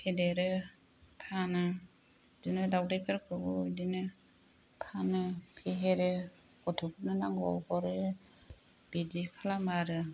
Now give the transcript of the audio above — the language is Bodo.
फेदेरो फानो बिदिनो दाउदै फोरखौबो फानो फेहेरो गथ'फोरनो नांगौयाव हरो बिदि खालामो आरो